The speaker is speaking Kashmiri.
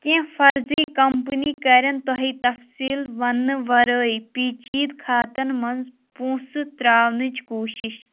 کیٚنٛہہ فرضی کمپٔنی کَرٮ۪ن تۄہہِ تفصیٖل وننہٕ ورٲے پیٖچیٖد كھاتن منٛز پۅنٛسہٕ ترٛاونٕچ کوٗشِش